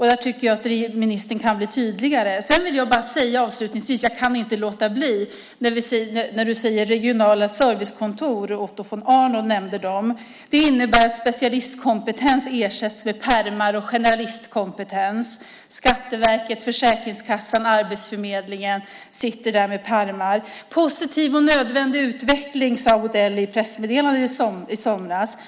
Där tycker jag att ministern kan bli tydligare. Sedan kan jag avslutningsvis inte låta bli att beträffande regionala servicekontor, som Otto von Arnold nämnde, säga att de innebär att specialistkompetens ersätts med pärmar och generalistkompetens. Skatteverket, Försäkringskassan, Arbetsförmedlingen sitter där med pärmar. Positiv och nödvändig utveckling, sade Odell i pressmeddelandet i somras.